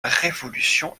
révolution